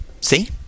See